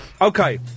Okay